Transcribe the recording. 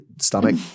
stomach